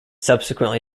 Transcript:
subsequently